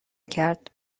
کرد